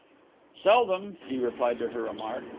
seldom, he replied to her remark.